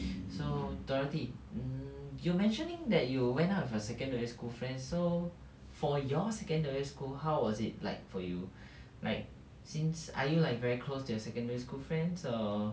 so dorothy mm you were mentioning that you went out with your secondary school friend so for your secondary school how was it like for you like since are you like very close to your secondary school friends or